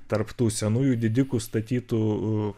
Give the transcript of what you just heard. tarp tų senųjų didikų statytų